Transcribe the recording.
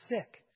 sick